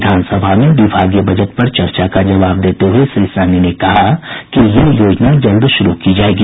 विधानसभा में विभागीय बजट पर चर्चा का जवाब देते हुये श्री सहनी ने कहा कि यह योजना जल्द शुरू की जायेगी